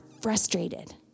frustrated